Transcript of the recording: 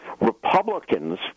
Republicans –